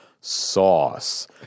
sauce